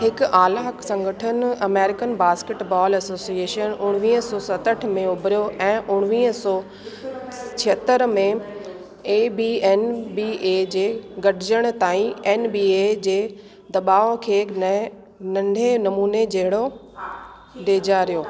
हिकु आला संगठन अमेरिकन बास्केटबॉल एसोसिएशन उणिवीह सौ सतहठि में उभरियो ऐं उणिवीह सौ छहतरि में A B N B A जे गॾजण ताईं एन बी ए जे दबाउ खे न नंढे नमूने जहिड़ो ॾिॼारियो